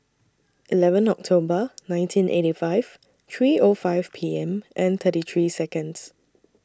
eleven October nineteen eighty five three O five P M and thirty three Seconds